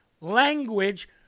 language